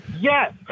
Yes